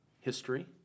history